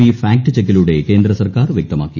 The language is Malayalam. ബി ഫാക്ട് ചെക്കിലൂടെ കേന്ദ്രസർക്കാർ വൃക്തമാക്കീ